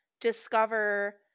discover